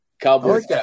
Cowboys